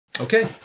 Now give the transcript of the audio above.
Okay